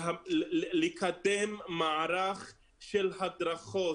לקדם מערך של הדרכות